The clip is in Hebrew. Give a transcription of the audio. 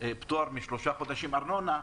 פטור משלושה חודשים ארנונה,